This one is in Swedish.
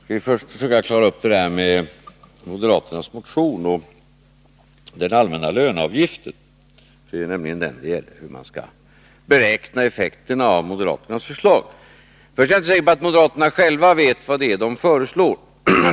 Herr talman! Skall vi först försöka klara upp detta med moderaternas motion och den allmänna löneavgiften. Det gäller hur man skall beräkna effekterna av moderaternas förslag. Jag är inte säker på att moderaterna själva vet vad de föreslår.